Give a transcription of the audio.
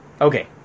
okay